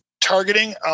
Targeting